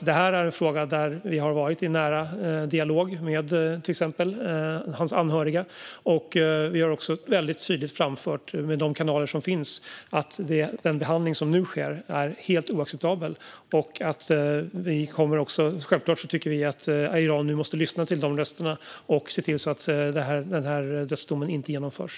Detta är en fråga där vi har haft en nära dialog med till exempel de anhöriga, och vi har tydligt framfört, via de kanaler som finns, att den nuvarande behandlingen är helt oacceptabel. Vi tycker självfallet att Iran måste lyssna till dessa röster och se till att dödsdomen inte verkställs.